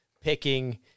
picking